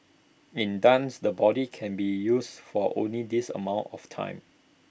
in dance the body can be used for only this amount of time